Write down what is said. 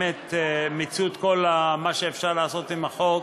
מיצו את כל מה שאפשר לעשות עם החוק,